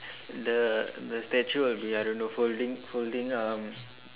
the the statue of the I don't know folding folding um